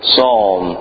Psalm